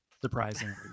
surprisingly